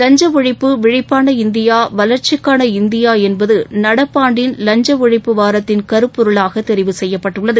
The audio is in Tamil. வஞ்ச ஒழிப்பு விழிப்பான இந்தியா வளர்ச்சிக்கான இந்தியா என்பது நடப்பாண்டின் வஞ்ச ஒழிப்பு வாரத்தின் கருப்பொருளாக தெரிவு செய்யப்பட்டுள்ளது